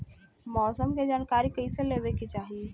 मौसम के जानकारी कईसे लेवे के चाही?